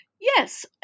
Yes